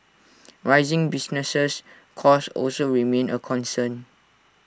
rising business costs also remain A concern